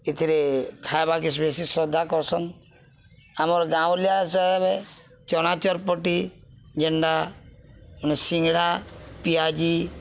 ଇଥିରେ ଖାଏବାକେ ବେଶୀ ଶ୍ରଦ୍ଧା କର୍ସନ୍ ଆମର୍ ଗାଉଁଲିଆ ହିସାବେ ଚନାଚର୍ପଟି ଜେନ୍ଟା ମାନେ ସିଙ୍ଗ୍ଡ଼ା ପିଆଜି